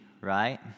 right